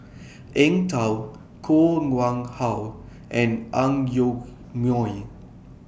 Eng Tow Koh Nguang How and Ang Yoke Mooi